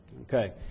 Okay